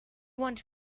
want